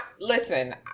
listen